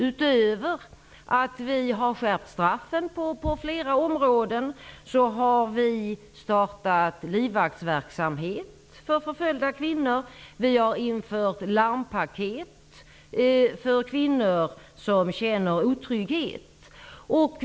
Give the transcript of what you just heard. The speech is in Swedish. Utöver att vi har skärpt straffen på flera områden har vi startat livvaktsverksamhet för förföljda kvinnor. Vi har infört larmpaket för kvinnor som känner otrygghet.